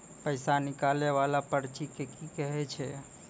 पैसा निकाले वाला पर्ची के की कहै छै?